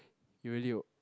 you really